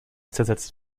zersetzt